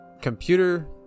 Computer